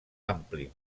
ampli